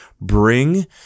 bring